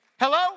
Hello